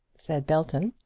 said belton.